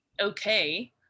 okay